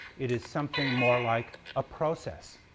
it is something more like a process